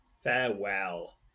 farewell